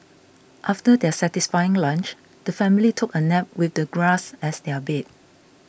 after their satisfying lunch the family took a nap with the grass as their bed